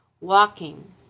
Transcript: walking